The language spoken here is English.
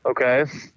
Okay